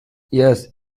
yes